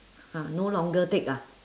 !huh! no longer take ah